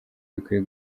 bikwiye